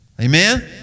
Amen